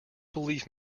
believe